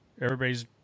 everybody's